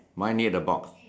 mine near the box